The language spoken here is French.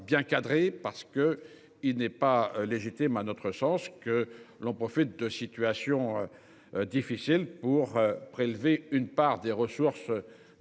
bien cadrée parce que il n'est pas légitime à notre sens que l'on profite de situations. Difficiles pour prélever une part des ressources.